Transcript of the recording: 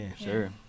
Sure